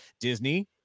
Disney